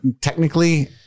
technically